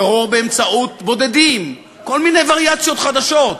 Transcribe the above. טרור באמצעות בודדים, כל מיני וריאציות חדשות.